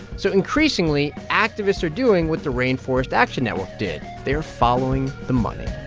so increasingly, activists are doing what the rainforest action network did. they are following the money